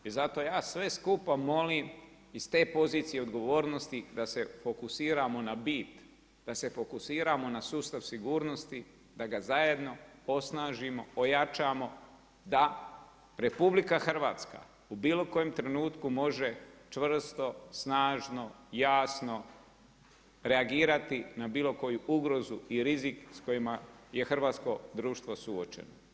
I zato ja sve skupa molim iz te pozicije odgovornosti da se fokusiramo na bit, da se fokusiramo na sustav sigurnosti, da ga zajedno osnažimo, ojačamo, da RH, u bilo kojem trenutku može, čvrsto, snažno, jasno, reagirati na bilo koju ugrozu i rizik s kojima je hrvatskog društvo suočeno.